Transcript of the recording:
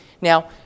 Now